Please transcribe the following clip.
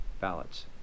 ballots